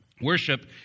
Worship